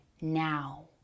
now